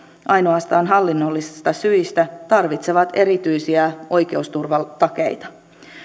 ainoastaan hallinnollisista syistä tarvitsevat erityisiä oikeusturvatakeita